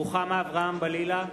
רוחמה אברהם-בלילא,